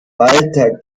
walter